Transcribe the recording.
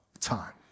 time